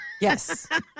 Yes